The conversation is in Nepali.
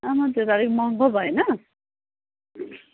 आमामा त्यो अलिक महँगो भएन